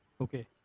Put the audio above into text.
Okay